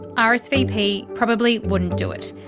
ah rsvp probably wouldn't do it.